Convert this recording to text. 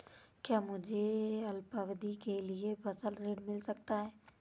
क्या मुझे अल्पावधि के लिए फसल ऋण मिल सकता है?